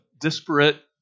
disparate